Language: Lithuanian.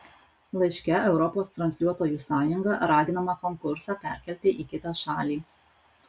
laiške europos transliuotojų sąjunga raginama konkursą perkelti į kitą šalį